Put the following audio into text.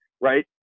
right